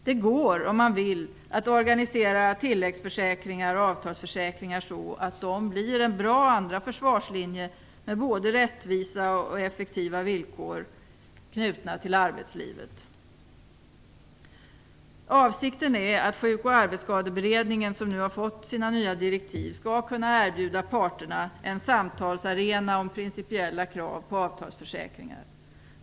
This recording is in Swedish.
Det går, om man vill, att organisera tilläggsförsäkringar och avtalsförsäkringar så att de blir en bra andra försvarslinje med både rättvisa och effektiva villkor knutna till arbetslivet. Avsikten är att Sjuk och arbetsskadeberedningen, som nu har fått sina nya direktiv, skall kunna erbjuda parterna en samtalsarena för samtal om principiella krav på avtalsförsäkringar.